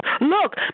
Look